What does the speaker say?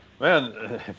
Man